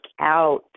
out